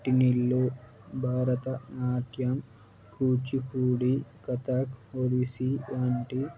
పుట్టినిల్లు భరతనాట్యం కూచిపూడి కథక్ ఒడిస్సీ వంటి